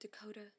Dakota